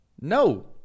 no